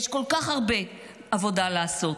יש כל כך הרבה עבודה לעשות,